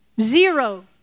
Zero